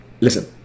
listen